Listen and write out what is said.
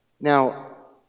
Now